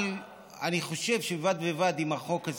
אבל אני חושב שבד בבד עם החוק הזה,